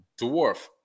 Dwarf